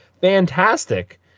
fantastic